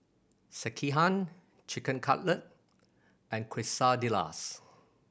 Sekihan Chicken Cutlet and Quesadillas